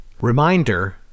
reminder